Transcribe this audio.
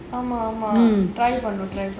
ஆமா ஆமா:aamaa aamaa